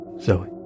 Zoe